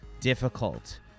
difficult